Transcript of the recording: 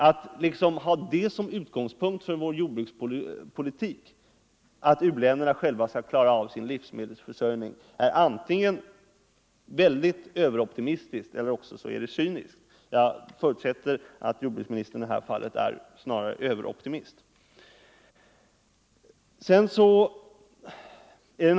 Att såsom utgångspunkt för svensk jordbrukspolitik ha att u-länderna själva skall klara av sin livsmedelsförsörjning är antingen överoptimistiskt eller cyniskt. Jag förutsätter att jordbruksministern i detta fall snarare är överoptimist.